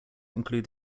include